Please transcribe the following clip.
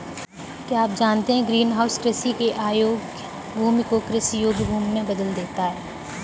क्या आप जानते है ग्रीनहाउस कृषि के अयोग्य भूमि को कृषि योग्य भूमि में बदल देता है?